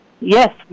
Yes